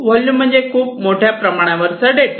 volumes म्हणजे खूप मोठ्या प्रमाणावर चा डेटा